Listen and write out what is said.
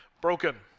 broken